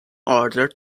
order